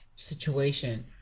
situation